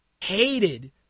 hated